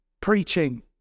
preaching